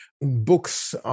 Books